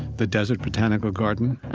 the desert botanical garden.